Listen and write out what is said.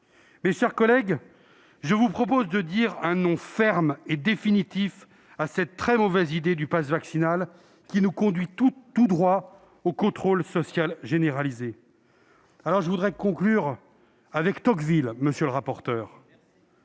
Mes chers collègues, je vous propose donc de dire un non ferme et définitif à cette très mauvaise idée du passe vaccinal, qui nous conduit tout droit au contrôle social généralisé. Pour conclure mon propos, je citerai Tocqueville, monsieur le rapporteur.